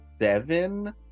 seven